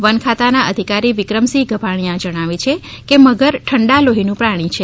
one ખાતા ના અધિકારી વિક્રમસિંહ ગભાણીયા જણાવે છે કે મગર ઠંડા લોઠીનું પ્રાણી છે